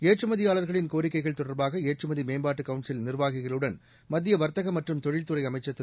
ஏற்றுமதியாளர்களின் கோரிக்கைகள் தொடர்பாக ஏற்றுமதி மேம்பாட்டு கவுன்சில் நிர்வாகிகளுடன் மத்திய வர்த்தக மற்றும் தொழில்துறை அமைச்சர் திரு